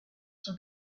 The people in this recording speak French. sont